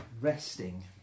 Resting